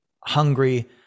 hungry